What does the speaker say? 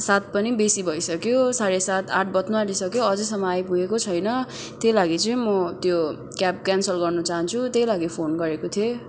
सात पनि बेसी भइसक्यो साढे सात आठ बज्नु आँटिसक्यो अझैसम्म आइपुगेको छैन त्यही लागि चाहिँ म त्यो क्याब क्यानसल गर्न चहान्छु त्यही लागि फोन गरेको थिएँ